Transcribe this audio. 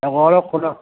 आओरो कोनो